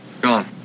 Gone